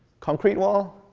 concrete wall?